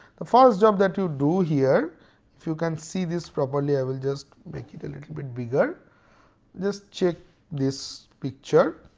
the first job that you do here if you can see this properly i will just make it a little bit bigger just check this picture.